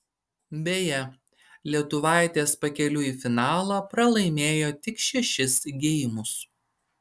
beje lietuvaitės pakeliui į finalą pralaimėjo tik šešis geimus